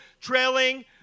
trailing